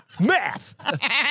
Math